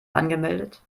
angemeldet